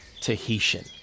tahitian